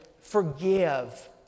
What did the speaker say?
forgive